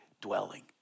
dwelling